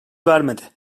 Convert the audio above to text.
vermedi